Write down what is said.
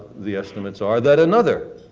the estimates are that another